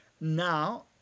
Now